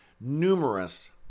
numerous